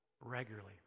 regularly